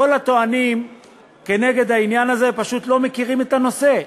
כל הטוענים כנגד העניין הזה פשוט לא מכירים את הנושא.